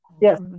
yes